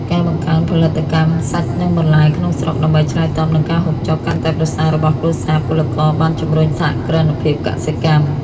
ការបង្កើនផលិតកម្មសាច់ និងបន្លែក្នុងស្រុកដើម្បីឆ្លើយតបនឹងការហូបចុកកាន់តែប្រសើររបស់គ្រួសារពលករ បានជម្រុញសហគ្រិនភាពកសិកម្ម។